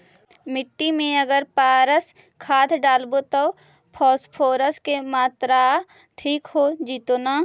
मिट्टी में अगर पारस खाद डालबै त फास्फोरस के माऋआ ठिक हो जितै न?